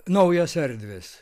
naujos erdvės